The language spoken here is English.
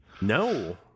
no